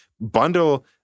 Bundle